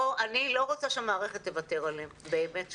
אני לא רוצה שהמערכת תוותר עליהם, באמת שלא.